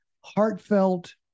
heartfelt